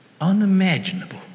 unimaginable